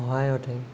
সহায়তহে